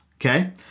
okay